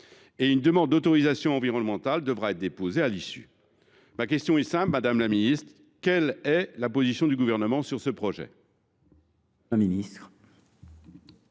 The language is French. Une demande d’autorisation environnementale devra être déposée à son issue. Ma question est simple, madame la ministre : quelle est la position du Gouvernement sur ce projet ?